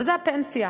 וזה הפנסיה.